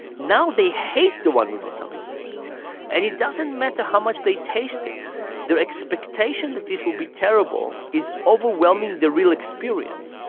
now they hate the one with balsamic vinegar and it doesn't matter how much they taste it their expectation that this will be terrible is overwhelming the real experience.